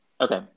Okay